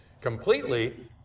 completely